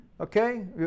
Okay